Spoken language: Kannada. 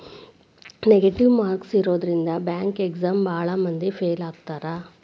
ನೆಗೆಟಿವ್ ಮಾರ್ಕ್ಸ್ ಇರೋದ್ರಿಂದ ಬ್ಯಾಂಕ್ ಎಕ್ಸಾಮ್ ಭಾಳ್ ಮಂದಿ ಫೇಲ್ ಆಗ್ತಾರಾ